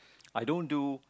I don't do